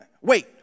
Wait